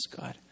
God